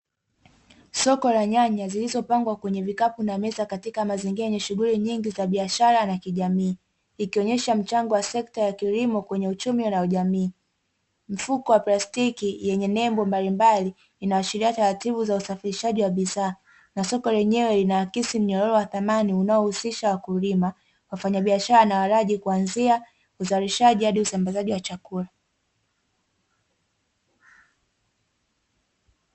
Soko la nyanya zilizopangwa kwenye vikapu na meza, katika mazingira yenye shughuli nyingi za biashara na kijamii, ikionyesha mchango wa sekta ya kilimo kwenye uchumi na jamii. Mfuko wa plastiki yenye nembo mbalimbali, inayoashiria taratibu za usafirishaji wa bidhaa, na soko lenyewe linaakisi mnyororo wa thamani unaohusisha wakulima, wafanyabiashara na walaji, kuanzia uzalishaji hadi usambazaji wa chakula.